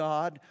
God